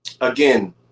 again